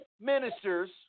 ministers